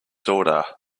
daughter